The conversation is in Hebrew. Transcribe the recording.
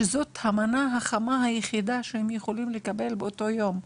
שזו הארוחה החמה היחידה שהם יכולים לקבל באותו יום.